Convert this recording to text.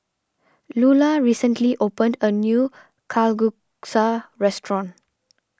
Lula recently opened a new Kalguksu restaurant